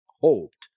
hoped